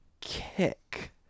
kick